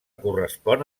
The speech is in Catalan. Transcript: correspon